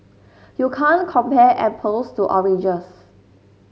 you can't compare apples to oranges